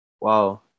wow